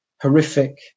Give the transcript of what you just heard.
horrific